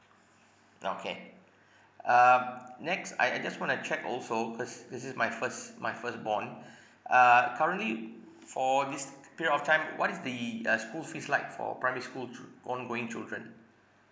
okay um next I I just want to check also cause this is my first my firstborn uh currently for this period of time and what is the uh school fees like for primary school chil~ ongoing children